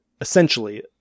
essentially